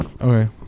Okay